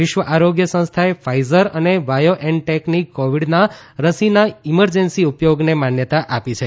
વિશ્વ આરોગ્ય સંસ્થાએ ફાઈઝર અને બાયો એન ટેકની કોવિડના રસીના ઇમરજન્સી ઉપયોગને માન્યતા આપી છે